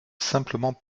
simplement